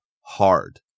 hard